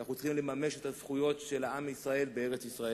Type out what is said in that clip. אנו צריכים לממש את הזכויות של עם ישראל בארץ-ישראל.